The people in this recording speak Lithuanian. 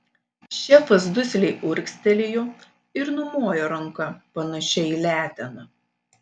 šefas dusliai urgztelėjo ir numojo ranka panašia į leteną